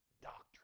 doctrine